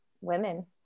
women